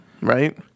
right